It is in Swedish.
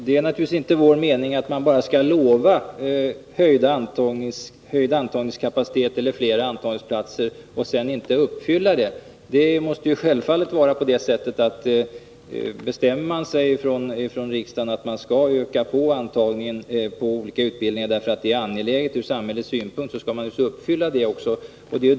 Herr talman! Vi menar naturligtvis inte att man skall utlova höjd antagningskapacitet eller fler azntagningsplatser om man sedan inte kan förverkliga det. Om ' riksdagen bestämmer sig för att utöka antalet antagningsplatser inom olika utbildningar därför att det är angeläget ur samhällets synpunkt, så skall man självfallet också genomföra det.